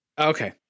Okay